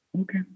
Okay